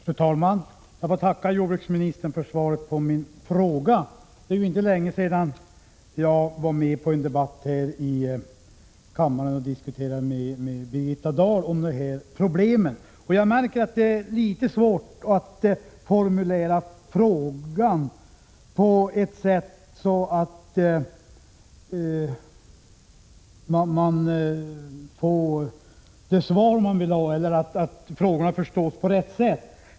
Fru talman! Jag får tacka jordbruksministern för svaret på min fråga. Det är inte länge sedan jag deltog i en debatt här i kammaren och diskuterade dessa problem med Birgitta Dahl. Jag märker att det är litet svårt att formulera frågan så att den förstås på rätt sätt.